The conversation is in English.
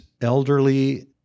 elderly